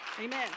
Amen